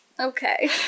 Okay